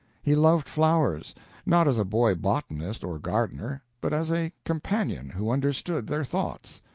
he loved flowers not as a boy botanist or gardener, but as a companion who understood their thoughts.